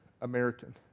American